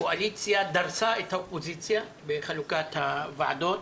הקואליציה דרסה את האופוזיציה בחלוקת הוועדות